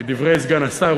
סגן השר.